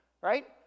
right